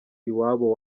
iwabo